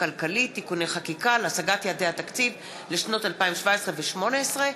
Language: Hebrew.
הכלכלית (תיקוני חקיקה להשגת יעדי התקציב לשנות התקציב 2017 ו־2018),